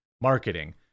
marketing